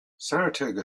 saratoga